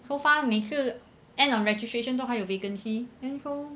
so far 每次 end of registration 都还有 vacancy and so